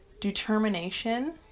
determination